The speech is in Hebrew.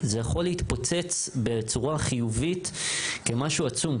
זה יכול להתפוצץ בצורה חיובית כמשהו עצום.